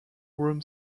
room